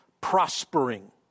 prospering